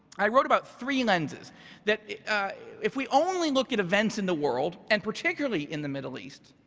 i wrote about three lenses that if we only look at events in the world and particularly in the middle east,